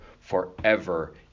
forever